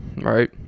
right